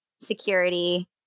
security